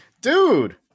dude